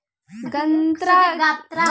गन्ना के कटाई ला कौन सा ट्रैकटर के उपयोग करी?